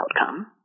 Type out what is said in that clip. outcome